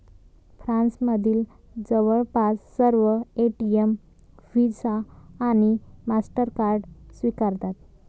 फ्रान्समधील जवळपास सर्व एटीएम व्हिसा आणि मास्टरकार्ड स्वीकारतात